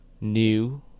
new